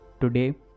today